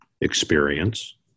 experience